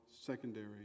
secondary